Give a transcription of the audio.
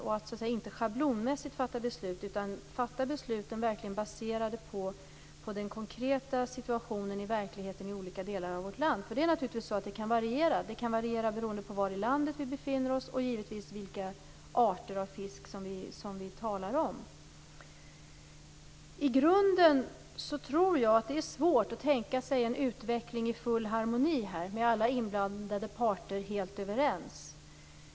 Beslut skall inte fattas schablonmässigt utan verkligen vara baserade på den konkreta situationen i olika delar av vårt land. Denna kan naturligtvis variera. Den kan variera beroende på var i landet vi befinner oss och givetvis vilka arter av fisk vi talar om. I grunden tror jag att det är svårt att tänka sig en utveckling i full harmoni där alla inblandade parter är helt överens.